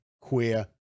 queer